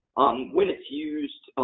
when it's used,